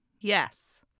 Yes